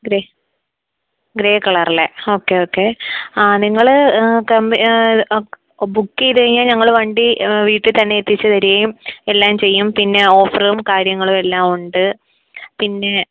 grey grey colour അല്ലേ okay okay ആ നിങ്ങൾ ബുക്ക് ചെയ്തു കഴിഞ്ഞാൽ ഞങ്ങൾ വണ്ടി വീട്ടിൽ തന്നെ എത്തിച്ചു തരികയും എല്ലാം ചെയ്യും പിന്നെ ഓഫറും കാര്യങ്ങളും എല്ലാം ഉണ്ട് പിന്നെ